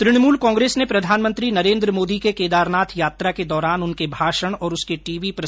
तृणमूल कांग्रेस ने प्रधानमंत्री नरेन्द्र मोदी के केदारनाथ यात्रा के दौरान उनके भाषण और उसके टीवी दर्श है